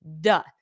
Duh